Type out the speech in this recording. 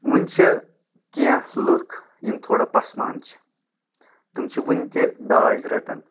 وٕنہ چھِ کینٛہہ لُکھ یِم تھوڑا پَسمان چھِ تِم چھِ وٕنۍ تہِ داج رٹَان